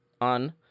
on